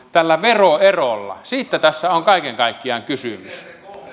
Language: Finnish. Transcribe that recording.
tällä veroerolla siitä tässä on kaiken kaikkiaan kysymys